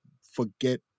forget